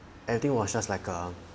everything was just like a